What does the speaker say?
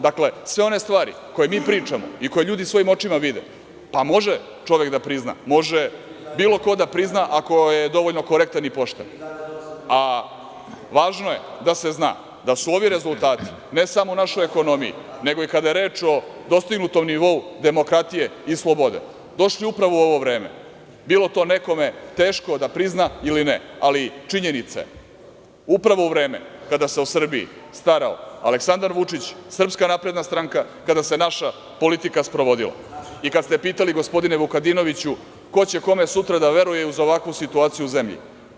Dakle, sve one stvari koje mi pričamo i koje ljudi svojim očima vide, može čovek da prizna, može bilo ko da prizna, ako je dovoljno korektan i pošten, a važno je da se zna da su ovi rezultati ne samo u našoj ekonomiji, nego i kada je reč o dostignutom nivou demokratije i slobode, došli upravo u ovo vreme, bilo to nekome teško da prizna, ili ne, ali činjenica je upravo vreme kada se o Srbiji starao Aleksandar Vučić, SNS, kada se naša politika sprovodila i kada ste pitali gospodine Vukadinoviću, ko će kome sutra da veruje uz ovakvu situaciju u zemlji?